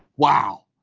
wow.